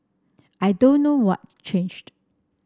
I don't know what changed